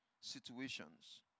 situations